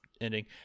ending